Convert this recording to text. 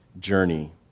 journey